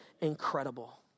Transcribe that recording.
incredible